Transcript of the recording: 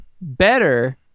better